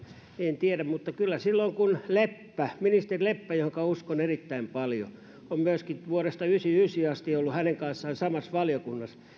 en tiedä mutta kun ministeri leppä johonka uskon erittäin paljon ja olen myöskin vuodesta yhdeksänkymmentäyhdeksän asti ollut hänen kanssaan samassa valiokunnassa